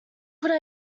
could